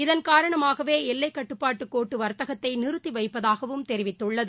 இதன் காரணமாகவே எல்லைக்கட்டுப்பாட்டு கோட்டு வர்தகத்தை நிறுத்தி வைப்பதாகவும் தெரிவித்துள்ளது